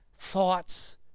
thoughts